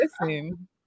listen